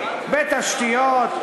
בתשתיות,